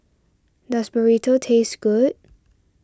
does Burrito taste good